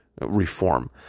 reform